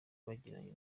bagiranye